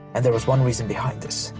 and there was one reason behind this,